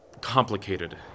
complicated